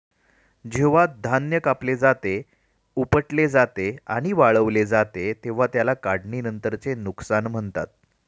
जेव्हा धान्य कापले जाते, उपटले जाते आणि वाळवले जाते तेव्हा त्याला काढणीनंतरचे नुकसान म्हणतात